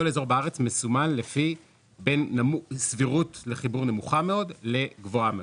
כל אזור בארץ מסומן לפי סבירות לחיבור נמוכה מאוד לגבוהה מאוד.